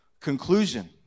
conclusion